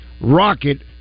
Rocket